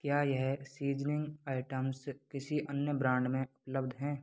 क्या यह seasoning items किसी अन्य ब्रांड में उपलब्ध हैं